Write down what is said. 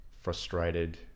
frustrated